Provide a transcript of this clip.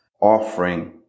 offering